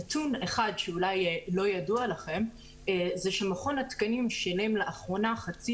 נתון אחד שאולי לא ידוע לכם זה שמכון התקנים שילם לאחרונה חצי